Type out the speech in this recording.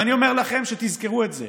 ואני אומר לכם, תזכרו את זה: